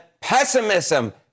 Pessimism